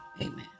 Amen